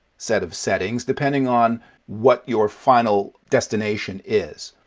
set of settings, depending on what your final destination is.